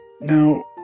Now